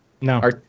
no